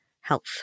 health